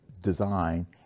design